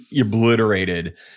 obliterated